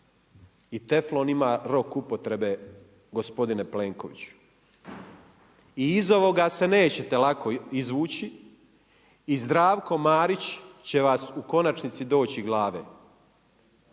i teflon ima rok upotrebe gospodine Plenkoviću. I iz ovoga se nećete lako izvući. I Zdravko Marić će vas u konačnici doći glave!